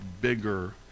bigger